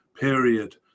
period